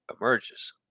emerges